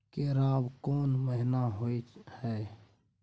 केराव कोन महीना होय हय?